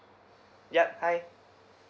yup hi